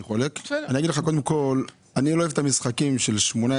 קודם כל, אני לא אוהב את המשחקים האלה.